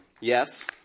Yes